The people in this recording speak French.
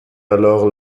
alors